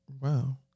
Wow